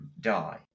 die